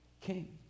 king